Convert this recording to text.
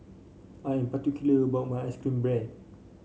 I am particular about my ice cream bread